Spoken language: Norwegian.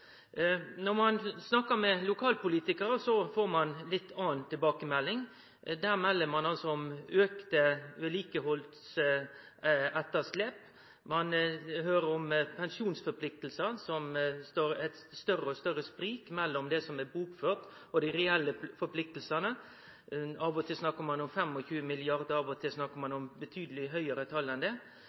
Når ein snakkar med lokalpolitikarar, får ein ei litt anna tilbakemelding. Der melder ein om auka vedlikehaldsetterslep. Ein høyrer om pensjonplikter der det er større og større sprik mellom det som er bokført, og dei reelle pliktene. Av og til snakkar ein om 25 mrd. kr, av og til snakkar ein om betydeleg høgare tal enn det.